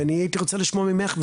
ואני הייתי רוצה לשמוע ממך,